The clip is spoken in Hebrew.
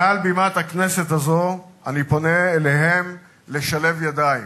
מעל בימת הכנסת הזאת אני פונה אליהם לשלב ידיים,